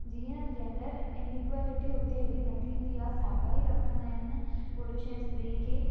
जीअं gender inequality हुते हेॾी न थींदी आहे साॻिया ई रखंदा आहिनि पुरूष ऐं स्त्री खे